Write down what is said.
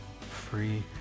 free